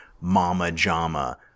mama-jama